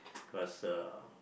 cause uh